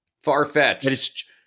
Far-fetched